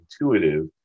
intuitive